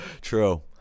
True